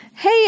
Hey